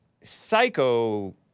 psycho